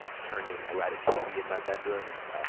turning i ah had a tv in my bedroom,